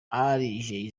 jay